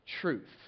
truth